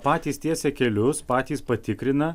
patys tiesia kelius patys patikrina